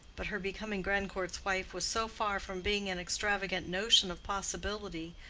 but her becoming grandcourt's wife was so far from being an extravagant notion of possibility,